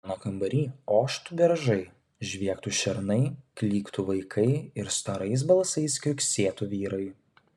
mano kambary oštų beržai žviegtų šernai klyktų vaikai ir storais balsais kriuksėtų vyrai